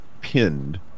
pinned